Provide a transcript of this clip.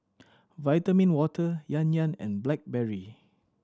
Vitamin Water Yan Yan and Blackberry